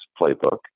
playbook